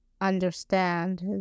understand